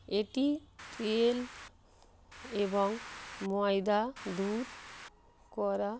এটি তেল এবং ময়দা দূর করা